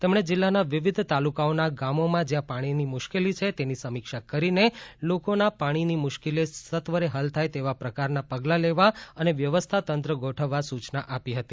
તેમણે જિલ્લાના વિવિધ તાલુકાઓના ગામોમાં જયાં પાણીની મુશ્કેલી છે તેની સમીક્ષા કરીને લોકોના પાણીની મુશ્કેલી સત્વરે હલ થાય તેવા પ્રકારના પગલાં લેવા અને વ્યવસ્થા તંત્ર ગોઠવવા સુચના આપી હતી